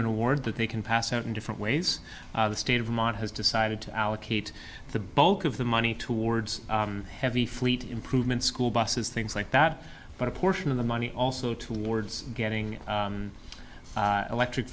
an award that they can pass out in different ways the state of vermont has decided to allocate the bulk of the money towards the heavy fleet improvements school buses things like that but a portion of the money also towards getting electric